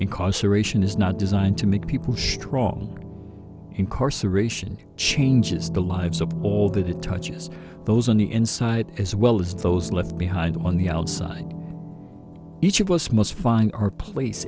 incarceration is not designed to make people she's wrong incarceration changes the lives of war that it touches those on the inside as well as those left behind on the outside each of us must find our place